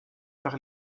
par